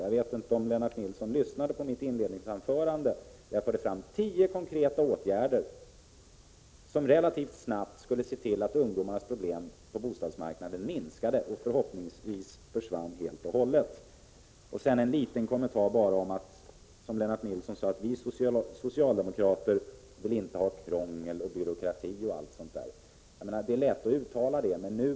Jag vet inte om Lennart Nilsson lyssnade på mitt inledningsanförande då jag förde fram tio konkreta åtgärder som relativt snabbt skulle leda till att ungdomarnas problem på bostadsmarknaden minskade och förhoppningsvis försvann helt och hållet. Jag vill göra en liten kommentar till det som Lennart Nilsson sade om att socialdemokraterna inte vill ha krångel och byråkrati. Det är lätt att uttala något sådant.